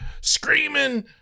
Screaming